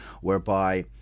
whereby